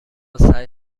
سعی